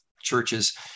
churches